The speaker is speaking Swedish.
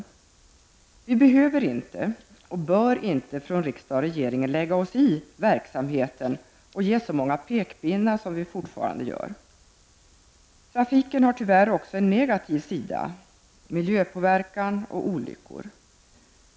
Från riksdag och regering behöver man inte -- och bör inte -- lägga sig i verksamheten och ge så många pekpinnar som man fortfarande gör. Trafiken har tyvärr också en negativ sida: miljöpåverkan och olyckor.